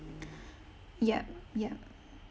yup yup